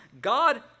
God